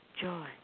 joy